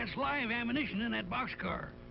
and live ammunition in that boxcar.